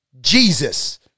Jesus